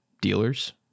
dealers